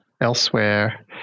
elsewhere